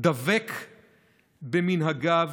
דבק במנהגיו,